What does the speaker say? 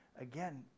again